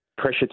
Pressure